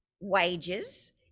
wages